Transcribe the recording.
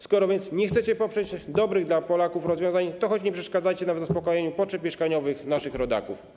Skoro więc nie chcecie poprzeć dobrych dla Polaków rozwiązań, to choć nie przeszkadzajcie nam w zaspokajaniu potrzeb mieszkaniowych naszych rodaków.